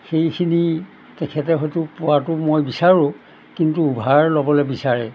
সেইখিনি তেখেতে হয়তো পোৱাতো মই বিচাৰোঁ কিন্তু অ'ভাৰ ল'বলৈ বিচাৰে